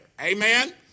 Amen